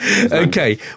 okay